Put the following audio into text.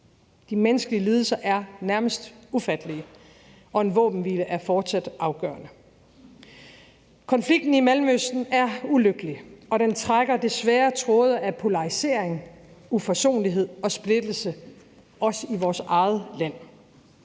De menneskelige lidelser er nærmest ufattelige, og en våbenhvile er fortsat afgørende. Konflikten i Mellemøsten er ulykkelig, og den trækker desværre også tråde af polarisering, uforsonlighed og splittelse i vores eget land.